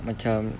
macam